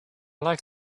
like